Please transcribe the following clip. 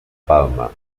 palma